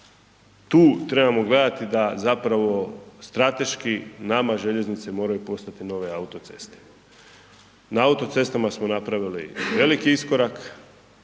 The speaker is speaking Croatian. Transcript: tu trebamo gledati da zapravo strateški nama željeznice moraju postati nove autoceste, na autocestama smo napravili veliki iskorak,